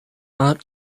art